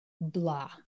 blah